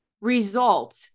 result